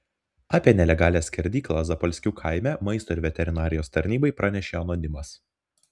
apie nelegalią skerdyklą zapalskių kaime maisto ir veterinarijos tarnybai pranešė anonimas